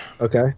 okay